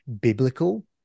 biblical